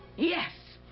yes,